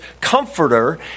comforter